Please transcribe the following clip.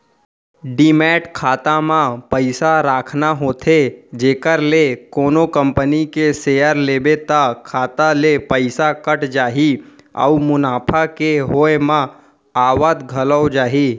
demat खाता म पइसा राखना होथे जेखर ले कोनो कंपनी के सेयर लेबे त खाता ले पइसा कट जाही अउ मुनाफा के होय म आवत घलौ जाही